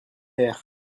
pères